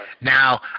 Now